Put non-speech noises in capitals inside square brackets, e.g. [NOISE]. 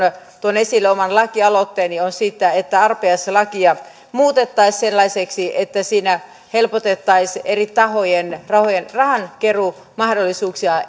tuon esille oman lakialoitteeni siitä että arpajaislakia muutettaisiin sellaiseksi että siinä helpotettaisiin eri tahojen tahojen rahankeruumahdollisuuksia [UNINTELLIGIBLE]